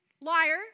liar